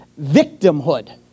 victimhood